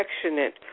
affectionate